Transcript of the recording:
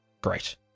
Great